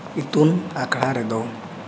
ᱤᱛᱩᱱ ᱟᱠᱷᱲᱟ ᱨᱮᱫᱚ